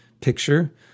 picture